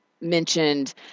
mentioned